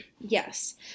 Yes